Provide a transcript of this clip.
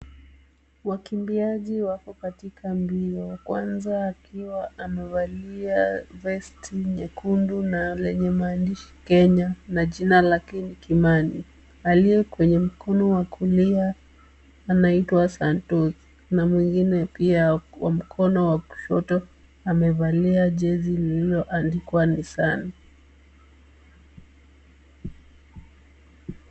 Wakimbiaji wako katika mbio. Wa kwanza, akiwa amevalia vesti nyekundu na lenye maandishi Kenya na jina lake Kimani. Aliye kwenye mkono wa kulia, anaitwa Santos, na mwingine pia wa mkono wa kushoto amevalia jezi lililoandikwa Nissan.